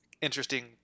interesting